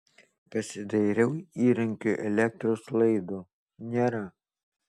pasidairiau įrankiui elektros laido nėra